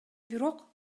бирок